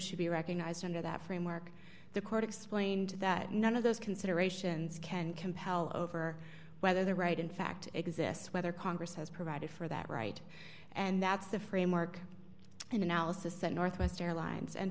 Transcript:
should be recognized under that framework the court explained that none of those considerations can compel over whether the right in fact exists whether congress has provided for that right and that's the framework and analysis that northwest airlines and